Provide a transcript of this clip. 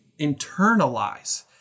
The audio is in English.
internalize